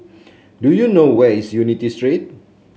do you know where is Unity Street